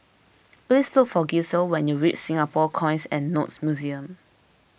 please look for Gisele when you reach Singapore Coins and Notes Museum